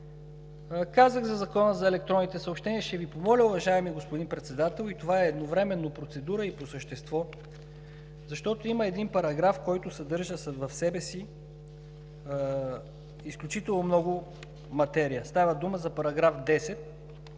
Казах за Закона за електронните съобщения. Уважаеми господин Председател, това едновременно е и процедура, и по същество, защото има един параграф, който съдържа в себе си изключително много материя. Става дума за § 10.